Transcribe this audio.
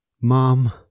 Mom